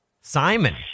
simon